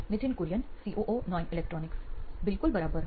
Nithin Kurian COO નોઇન electronics બિલકુલ બરાબર